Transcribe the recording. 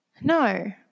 no